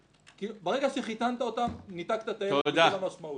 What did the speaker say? ברגע שחיתנת אותם ניתקת את הילד מכל המשמעות.